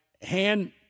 hand